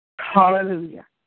Hallelujah